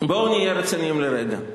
בואו נהיה רציניים לרגע.